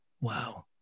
wow